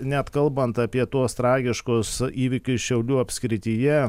net kalbant apie tuos tragiškus įvykius šiaulių apskrityje